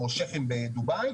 או שחים בדובאי,